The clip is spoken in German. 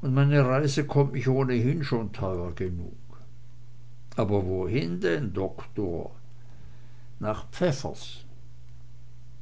und meine reise kommt mir ohnedies schon teuer genug aber wohin denn doktor nach pfäffers